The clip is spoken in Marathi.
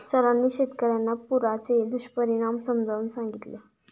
सरांनी शेतकर्यांना पुराचे दुष्परिणाम समजावून सांगितले